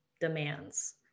demands